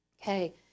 Okay